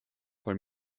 por